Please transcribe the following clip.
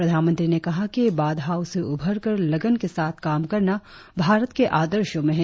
प्रधानमंत्री ने कहा कि बाधाओ से उबरकर लगन के साथ काम करना भारत के आदर्शो में है